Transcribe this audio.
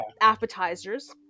appetizers